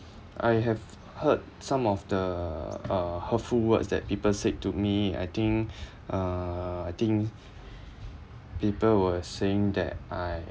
I have heard some of the uh hurtful words that people said to me I think uh I think people were saying that I